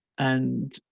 and